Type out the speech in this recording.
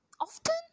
often